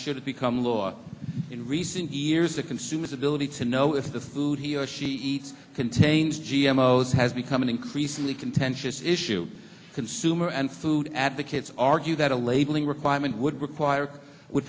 should become law in recent years a consumer's ability to know if the food he or she eats contains g m o is has become an increasingly contentious issue consumer and food advocates argue that a labeling requirement would require would